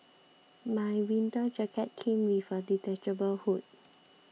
my winter jacket came with a detachable hood